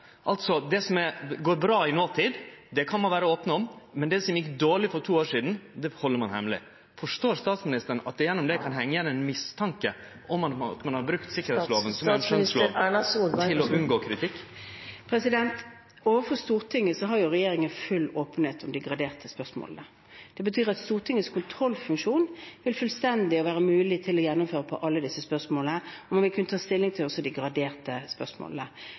Det som går bra i notid, kan ein altså vere open om, men det som gjekk dårleg for to år sidan, held ein hemmeleg. Forstår statsministeren at det gjennom dette heng igjen ein mistanke om at ein har brukt sikkerheitslova … til å unngå kritikk? Statsminister Erna Solberg, vær så god. Overfor Stortinget har regjeringen full åpenhet om de graderte spørsmålene. Det betyr at det for Stortingets kontrollfunksjon vil være fullt mulig å gjennomføre alle disse spørsmålene, og man vil kunne ta stilling til også de graderte spørsmålene.